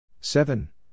seven